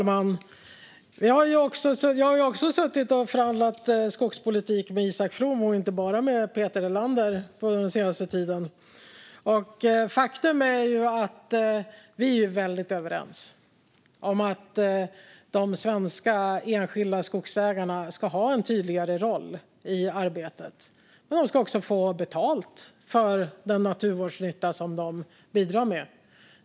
Fru talman! Jag har också suttit och förhandlat skogspolitik med Isak From den senaste tiden och inte bara med Peter Helander. Faktum är att vi är väldigt överens om att de svenska enskilda skogsägarna ska ha en tydligare roll i arbetet, men de ska också få betalt för den naturvårdsnytta som de bidrar med.